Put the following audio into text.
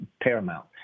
paramount